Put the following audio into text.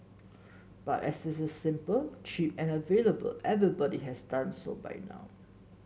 but as it is simple cheap and available everybody has done so by now